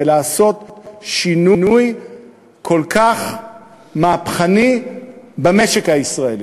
ולעשות שינוי כל כך מהפכני במשק הישראלי.